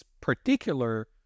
particular